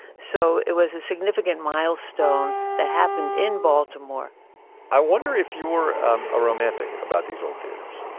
so it was a significant milestone that happened in baltimore i wonder if you're a romantic about these old theaters?